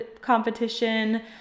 competition